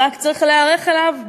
רק צריך להיערך אליו.